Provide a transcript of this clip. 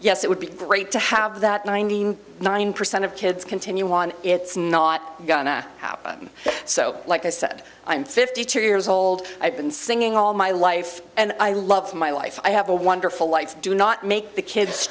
yes it would be great to have that ninety nine percent of kids continue on it's not gonna happen so like i said i'm fifty two years old i've been singing all my life and i love my life i have a wonderful life do not make the kids